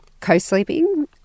co-sleeping